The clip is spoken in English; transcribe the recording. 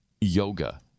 yoga